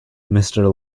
mister